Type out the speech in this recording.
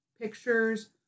pictures